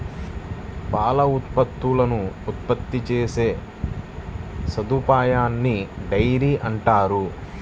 పాల ఉత్పత్తులను ఉత్పత్తి చేసే సదుపాయాన్నిడైరీ అంటారు